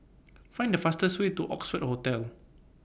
Find The fastest Way to Oxford Hotel